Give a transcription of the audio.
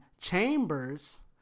Chambers